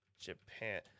Japan